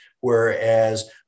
whereas